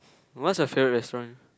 what's your favourite restaurant